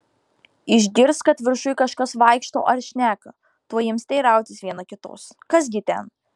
išgirs kad viršuj kažkas vaikšto ar šneka tuoj ims teirautis viena kitos kas gi ten